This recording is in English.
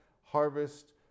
harvest